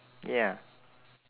ya